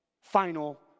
final